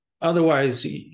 Otherwise